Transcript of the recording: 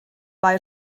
mae